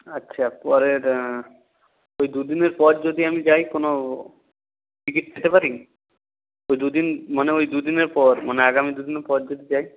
আচ্ছা পরের ওই দু দিনের পর যদি আমি যাই কোনও টিকিট পেতে পারি তো দু দিন মানে ওই দু দিনের পর মানে আগামী দু দিনের পর যদি যাই